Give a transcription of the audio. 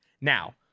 Now